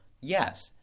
Yes